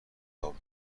جواب